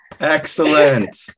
Excellent